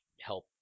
help